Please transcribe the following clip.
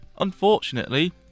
Unfortunately